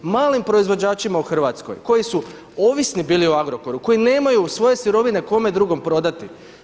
Malim proizvođačima u Hrvatskoj koji su ovisni bili o Agrokoru, koji nemaju svoje sirovine kome drugom prodati.